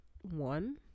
one